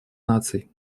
наций